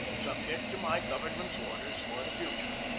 subject to my government's orders for the future.